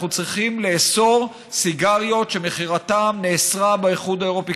אנחנו צריכים לאסור סיגריות שמכירתן נאסרה באיחוד האירופי,